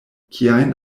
kiajn